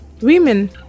Women